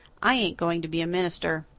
i ain't going to be a minister.